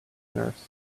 nurse